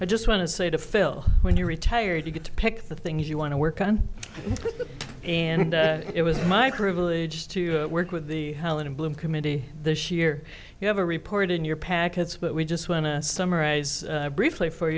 i just want to say to phil when you're retired you get to pick the things you want to work on and it was my crew village to work with the holland bloom committee this year you have a report in your packets but we just want to summarize briefly for